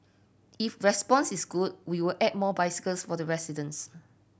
if response is good we will add more bicycles for the residents